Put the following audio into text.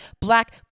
black